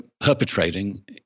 perpetrating